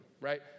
right